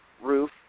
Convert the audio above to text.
roof